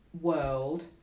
world